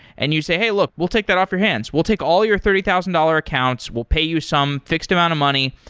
and you say, hey, look. we'll take that off your hands. we'll take all your thirty thousand dollars accounts. we'll pay you some fixed amount of money.